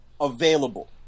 Available